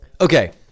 Okay